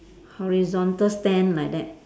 horizontal stand like that